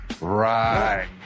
Right